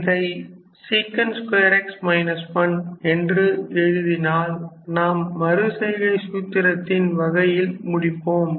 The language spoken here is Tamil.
இதை என்று எழுதினால் நாம் மறுசெய்கை சூத்திரத்தின் வகைகளில் முடிப்போம்